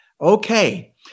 Okay